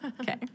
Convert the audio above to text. Okay